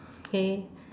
okay